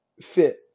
fit